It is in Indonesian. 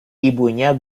ibunya